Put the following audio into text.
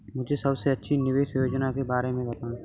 मुझे सबसे अच्छी निवेश योजना के बारे में बताएँ?